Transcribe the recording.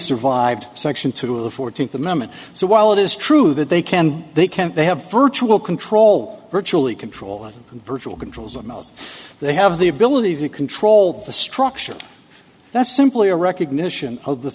survived section two of the fourteenth amendment so while it is true that they can they can't they have virtual control virtually control virtual controls of males they have the ability to control the structure that's simply a recognition of the